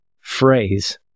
phrase